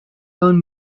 own